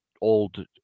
old